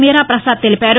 మీరాప్రసాద్ తెలిపారు